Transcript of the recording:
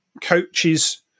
coaches –